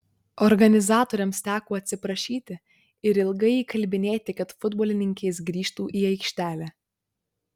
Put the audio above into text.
organizatoriams teko atsiprašyti ir ilgai įkalbinėti kad futbolininkės grįžtų į aikštelę